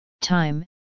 time